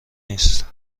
نیست